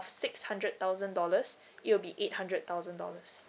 six hundred thousand dollars it will be eight hundred thousand dollars